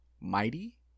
mighty